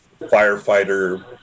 firefighter